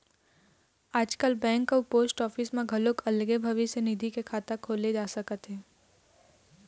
आजकाल बेंक अउ post office म घलोक अलगे ले भविस्य निधि के खाता खोलाए जा सकत हे